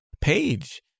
page